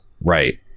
right